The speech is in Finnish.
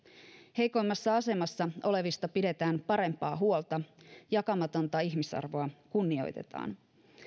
heikoimmassa asemassa olevista pidetään parempaa huolta jakamatonta ihmisarvoa kunnioitetaan